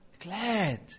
glad